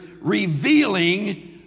revealing